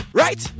right